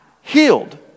healed